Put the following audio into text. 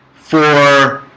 for